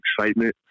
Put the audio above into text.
excitement